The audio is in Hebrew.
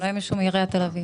אולי מישהו מעיריית תל אביב.